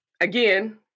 again